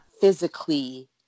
physically